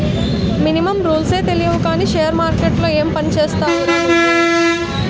Minimum రూల్సే తెలియవు కానీ షేర్ మార్కెట్లో ఏం పనిచేస్తావురా నువ్వు?